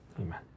Amen